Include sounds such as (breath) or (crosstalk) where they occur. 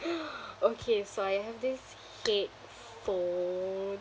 (breath) okay so I have this headphone